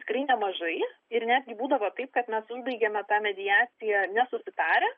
tikrai nemažai ir netgi būdavo taip kad mes užbaigiame tą mediaciją nesusitarę